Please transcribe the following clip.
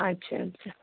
अच्छा अच्छा